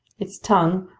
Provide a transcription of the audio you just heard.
its tongue,